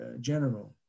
General